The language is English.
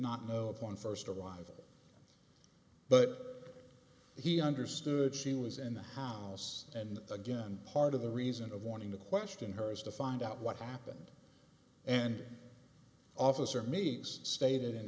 not know of one first arrival but he understood she was in the house and again part of the reason of wanting to question her is to find out what happened and officer me as stated in